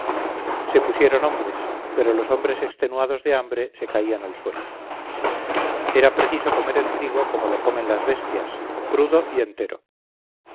se pusieron hombres pero los hombres extenuados de hambre se caían al suelo era preciso comer el trigo como lo comen las bestias crudo y entero